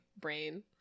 brain